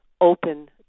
open